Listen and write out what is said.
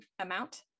amount